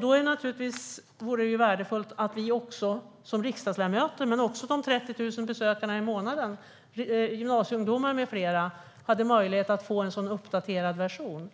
Då vore det värdefullt om vi riksdagsledamöter, men också de 30 000 som varje månad besöker webbplatsen - gymnasieungdomar med flera - hade möjlighet att få en uppdaterad version